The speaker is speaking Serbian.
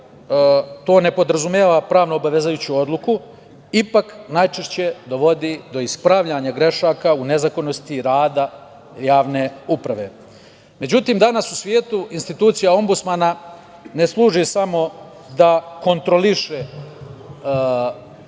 to ne podrazumeva pravno obavezujuću odluku, ipak najčešće dovodi do ispravljanja grešaka u nezakonitosti rada javne uprave.Međutim, danas u svetu institucija Ombudsmana ne služi samo da kontroliše